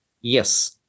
Yes